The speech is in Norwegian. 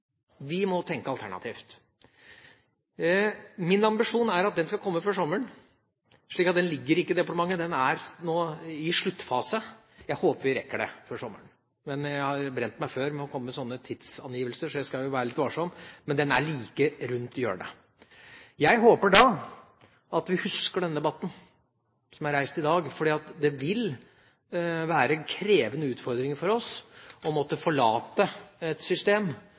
Vi må tenke alternativt. Min ambisjon er at den skal komme før sommeren. Den ligger ikke i departementet, den er nå i sluttfasen. Jeg håper vi rekker det før sommeren, men jeg har brent meg før med å komme med sånne tidsangivelser, så jeg skal jo være litt varsom, men den er like rundt hjørnet. Jeg håper da at vi husker denne debatten som er reist i dag, for det vil være krevende utfordringer for oss å måtte forlate et system